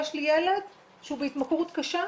יש לי ילד שהוא בהתמכרות קשה,